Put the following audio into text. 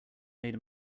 made